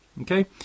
Okay